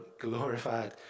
glorified